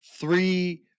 three